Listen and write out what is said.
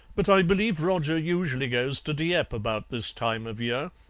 but i believe roger usually goes to dieppe about this time of year,